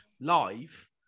live